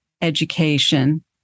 education